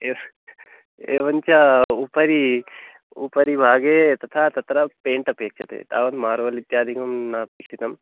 ए एवञ्च उपरि उपरिभागे तथा तत्र पेण्ट् अपेक्ष्यते तावत् मार्बल् इत्यादिकं नापेक्षितं